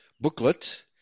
booklet